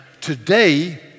today